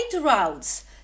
routes